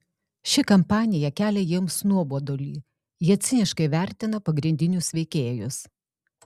ši kampanija kelia jiems nuobodulį jie ciniškai vertina pagrindinius veikėjus